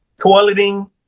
toileting